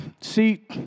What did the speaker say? See